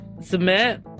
Submit